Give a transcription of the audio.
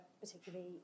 particularly